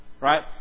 Right